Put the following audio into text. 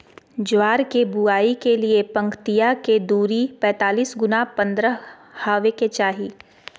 ज्वार के बुआई के लिए पंक्तिया के दूरी पैतालीस गुना पन्द्रह हॉवे के चाही